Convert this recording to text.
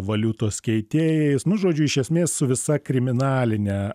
valiutos keitėjais nu žodžiu iš esmės su visa kriminaline